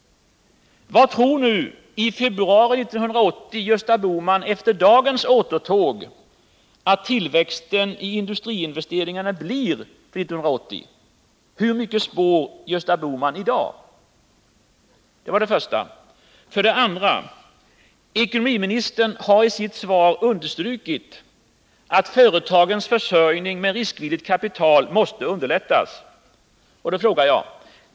Vad tror nu, i februari 1980, Gösta Bohman efter dagens återtåg att tillväxten i investeringarna blir för 1980? Hur mycket spår Gösta Bohman i dag? För det andra: Ekonomiministern har i sitt svar understrukit att företagens försörjning med riskvilligt kapital måste underlättas.